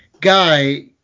guy